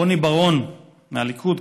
רוני בר-און מהליכוד-קדימה,